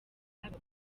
baba